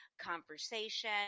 conversation